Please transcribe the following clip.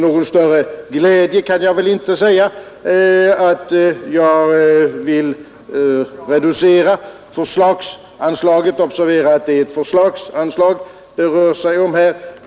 Men det är inte med någon större glädje jag vill reducera förslagsanslaget. Observera att det rör sig om ett förslagsanslag.